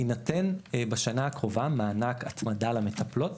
יינתן בשנה הקרובה מענק הצמדה למטפלות